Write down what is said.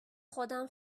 خودم